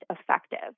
effective